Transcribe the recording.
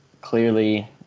clearly